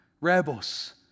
Rebels